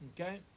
okay